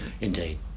Indeed